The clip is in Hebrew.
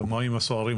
למים הסוערים,